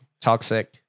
Toxic